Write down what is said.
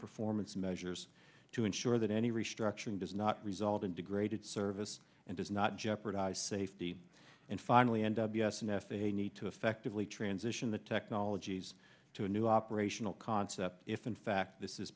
performance measures to ensure that any restructuring does not result in degraded service and does not jeopardize safety and finally ended the s n f a need to effectively transition the technologies to a new operational concept if in fact this is